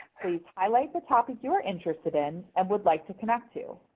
please highlight the topic you are interested in and would like to connect to,